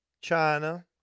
China